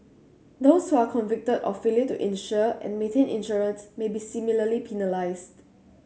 those who are convicted of failure to insure and maintain insurance may be similarly penalised